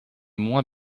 moins